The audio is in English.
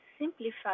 simplify